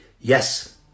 Yes